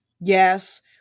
Yes